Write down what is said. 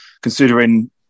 considering